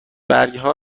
برگها